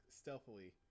stealthily